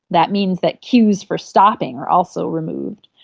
that means that cues for stopping are also removed.